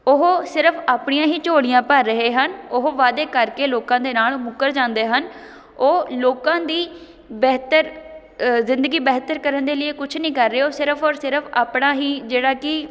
ਉਹ ਸਿਰਫ ਆਪਣੀਆਂ ਹੀ ਝੋਲੀਆਂ ਭਰ ਰਹੇ ਹਨ ਉਹ ਵਾਅਦੇ ਕਰਕੇ ਲੋਕਾਂ ਦੇ ਨਾਲ਼ ਮੁੱਕਰ ਜਾਂਦੇ ਹਨ ਉਹ ਲੋਕਾਂ ਦੀ ਬਿਹਤਰ ਜ਼ਿੰਦਗੀ ਬਿਹਤਰ ਕਰਨ ਦੇ ਲਈ ਕੁਛ ਨਹੀਂ ਕਰ ਰਹੇ ਉਹ ਸਿਰਫ ਔਰ ਸਿਰਫ ਆਪਣਾ ਹੀ ਜਿਹੜਾ ਕਿ